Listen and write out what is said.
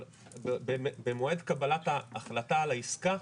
אבל במועד קבלת ההחלטה על העסקה,